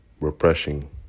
repressing